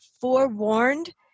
forewarned